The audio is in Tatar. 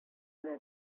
тутыра